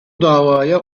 davaya